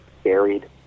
buried